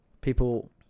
people